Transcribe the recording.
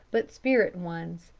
but spirit ones,